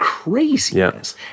Craziness